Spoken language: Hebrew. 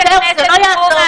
זהו, זה לא יעזור אחרת.